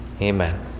amen